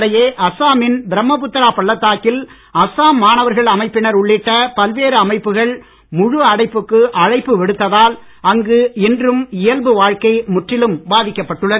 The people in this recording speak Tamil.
இதனிடையே அசாமின் பிரம்மபுத்திரா பள்ளதாக்கில் அசாம் மாணவர்கள் அமைப்பினர் உள்ளிட்ட பல்வேறு அமைப்புகள் விடுத்த முழு அடைப்புக்கு அழைப்பு விடுத்ததால் அங்கு இன்றும் இயல்பு வாழ்க்கை முற்றிலும் பாதிக்கப்பட்டுள்ளது